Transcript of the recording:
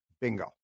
bingo